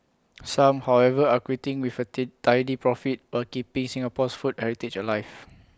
some however are quitting with A tit tidy profit while keeping Singapore's food heritage alive